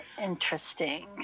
Interesting